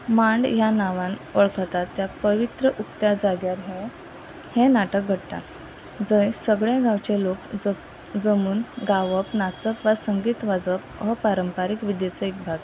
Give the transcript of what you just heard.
मांड ह्या नांवान वळखता त्या पवित्र उक्त्या जाग्यार हो हें नाटक घडटा जंय सगळे गांवचे लोक जमून गावप नाचप वा संगीत वाजप हो पारंपारीक विदेचो एक भाग